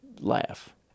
laugh